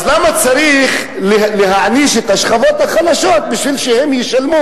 אז למה צריך להעניש את השכבות החלשות בכך שהן ישלמו